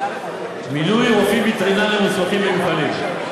מינוי רופאים וטרינרים מוסמכים למפעלים.